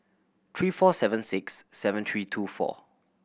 three four seven six seven three two four